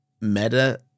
meta